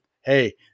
hey